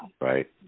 Right